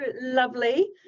lovely